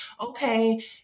okay